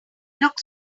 looked